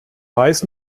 weiß